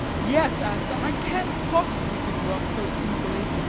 yes, asta i can't possibly give you up so easily.